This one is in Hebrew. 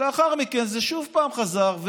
ולאחר מכן זה שוב פעם חזר,